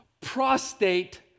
prostate